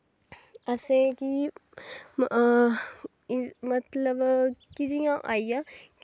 असेंगी मतलव की जियां आईया